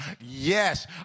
Yes